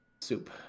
Soup